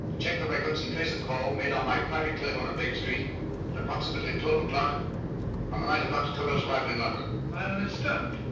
check the records and trace a call made on my private telephone of bakers street approximately twelve o'clock on the night of dr. tobel's arrival in london. finally stumped,